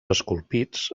esculpits